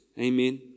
Amen